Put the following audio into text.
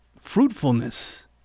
fruitfulness